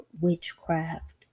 witchcraft